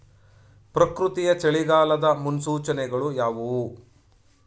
ಪ್ರಕೃತಿಯ ಚಳಿಗಾಲದ ಮುನ್ಸೂಚನೆಗಳು ಯಾವುವು?